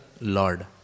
Lord